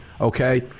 okay